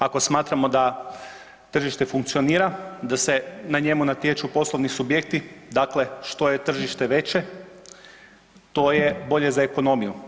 Ako smatramo da tržište funkcionira, da se na njemu natječu poslovni subjekti, dakle što je tržište veće to je bolje za ekonomiju.